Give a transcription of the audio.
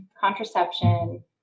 contraception